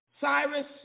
Cyrus